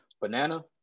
banana